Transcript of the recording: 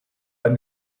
but